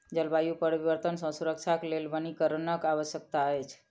जलवायु परिवर्तन सॅ सुरक्षाक लेल वनीकरणक आवश्यकता अछि